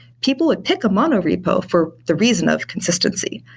people would pick a mono repo for the reason of consistency.